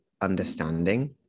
understanding